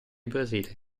brasile